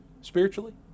spiritually